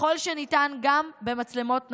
וככל שניתן, גם במצלמות ניידות,